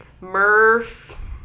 Murph